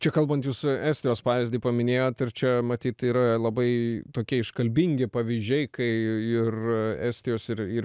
čia kalbant jūsų estijos pavyzdį paminėjot ir čia matyt yra labai tokie iškalbingi pavyzdžiai kai ir estijos ir ir